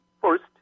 first